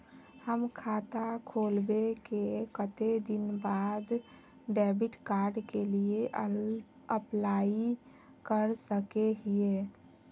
हम खाता खोलबे के कते दिन बाद डेबिड कार्ड के लिए अप्लाई कर सके हिये?